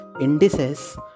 indices